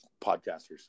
podcasters